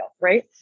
right